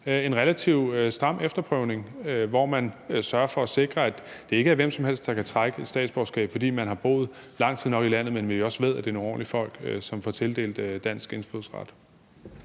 en relativt stram efterprøvning, hvor man sørger for at sikre, at det ikke er hvem som helst, der kan trække et statsborgerskab, fordi man har boet lang tid nok i landet, men at vi også ved, at det er nogle ordentlige folk, som får tildelt dansk indfødsret.